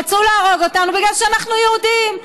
רצו להרוג אותנו בגלל שאנחנו יהודים.